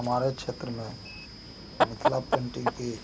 हमारे क्षेत्र में मिथिला पेंटिंग की